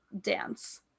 dance